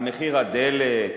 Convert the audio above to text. על מחיר הדלק,